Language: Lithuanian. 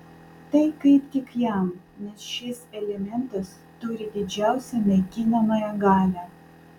tai kaip tik jam nes šis elementas turi didžiausią naikinamąją galią